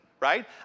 Right